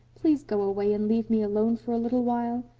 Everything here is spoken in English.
please go away and leave me alone for a little while.